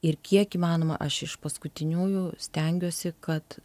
ir kiek įmanoma aš iš paskutiniųjų stengiuosi kad